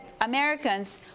Americans